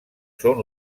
són